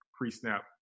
pre-snap